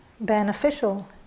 beneficial